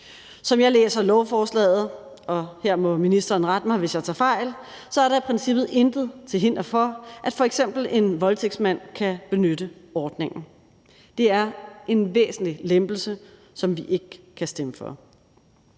Som jeg læser lovforslaget – og her må ministeren rette mig, hvis jeg tager fejl – er der i princippet intet til hinder for, at f.eks. en voldtægtsmand kan benytte ordningen. Det er en væsentlig lempelse, som vi ikke kan stemme for.